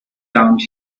around